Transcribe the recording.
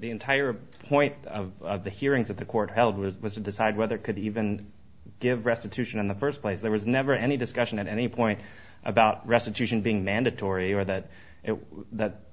the entire point of the hearings that the court held with to decide whether it could even give restitution in the first place there was never any discussion at any point about restitution being mandatory or that